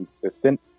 consistent